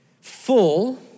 Full